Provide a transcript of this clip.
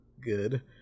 Good